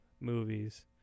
movies